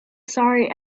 sorry